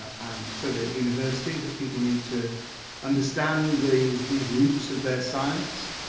and certainly at university that people need to understand these, these roots of their science?